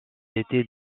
été